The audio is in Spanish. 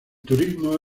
turismo